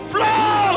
Flow